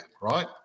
right